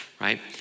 Right